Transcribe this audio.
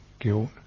guilt